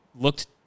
looked